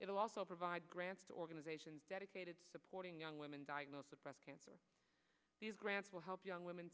it will also provide grants to organizations dedicated supporting young women diagnosed with breast cancer these grants will help young women